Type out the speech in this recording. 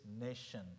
nation